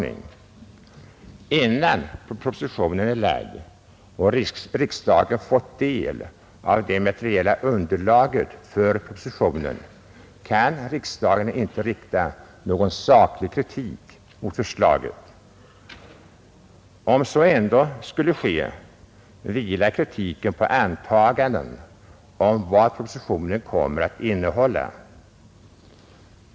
Innan propositionen är framlagd och vi fått del av det materiella underlaget för den kan riksdagen inte rikta någon saklig kritik mot förslaget. Skulle kritik ändå framföras, vilar den på antaganden om vad propositionen kommer att innehålla.